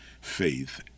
faith